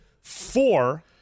four